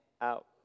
out